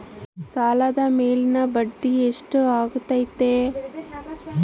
ಸಾಲದ ಮೇಲಿನ ಬಡ್ಡಿ ಎಷ್ಟು ಇರ್ತೈತೆ?